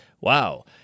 Wow